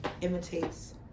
imitates